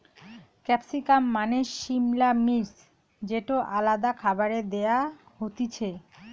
capsicum মানে সিমলা মির্চ যেটো আলাদা খাবারে দেয়া হতিছে